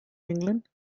england